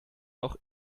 noch